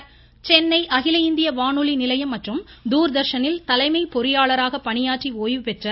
மறைவு சென்னை அகில இந்திய வானொலி நிலையம் மற்றும் தூர்தர்ஷனில் தலைமை பொறியாளராக பணியாற்றி ஓய்வு பெற்ற ஏ